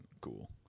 cool